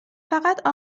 فقط